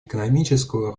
экономического